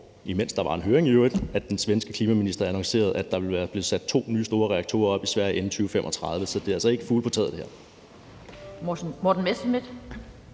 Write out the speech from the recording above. imens der var en høring i øvrigt, at den svenske klimaminister annoncerede, at der vil være blevet sat to nye, store reaktorer op i Sverige inden 2035, så det her er altså ikke fugle på taget.